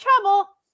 trouble